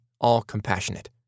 all-compassionate